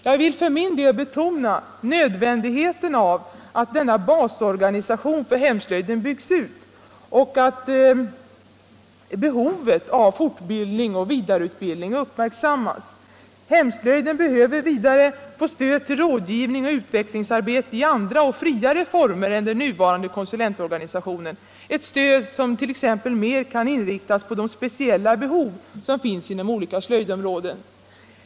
Jag vill för min del betona nödvändigheten av att denna basorganisation för hemslöjden byggs ut och att behovet av fortbildning och vidareutbildning uppmärksammas. Hemslöjden behöver vidare få stöd till rådgivning och utvecklingsarbete i andra och friare former än den nuvarande konsulentorganisationen, ett stöd som t.ex. mer kan inriktas på de speciella behov som finns inom olika slöjdområden.